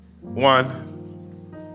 One